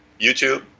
YouTube